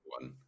one